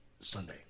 Sunday